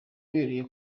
beruye